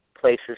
places